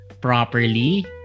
properly